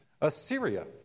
Assyria